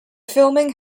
filming